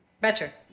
Better